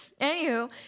anywho